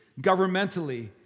governmentally